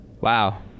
wow